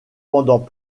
pendant